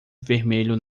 vermelho